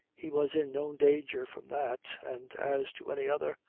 he was in no danger from that, and as to any other,